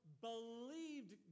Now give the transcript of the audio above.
believed